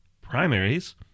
primaries